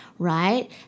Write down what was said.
right